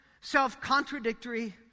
self-contradictory